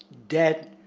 debt,